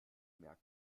merken